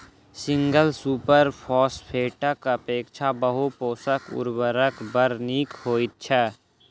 single super फौसफेटक अपेक्षा बहु पोषक उर्वरक बड़ नीक होइत छै